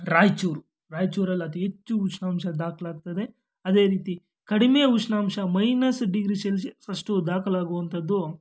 ರಾಯಚೂರು ರಾಯ್ಚೂರಲ್ಲಿ ಅತಿ ಹೆಚ್ಚು ಉಷ್ಣಾಂಶ ದಾಖಲಾಗ್ತದೆ ಅದೇ ರೀತಿ ಕಡಿಮೆ ಉಷ್ಣಾಂಶ ಮೈನಸ್ ಡಿಗ್ರಿ ಶೆಲ್ಶಿಯಸ್ ಅಷ್ಟು ದಾಖಲಾಗುವಂಥದ್ದು